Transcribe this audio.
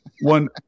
one